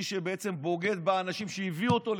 מי שבוגד באנשים שהביאו אותו לכאן,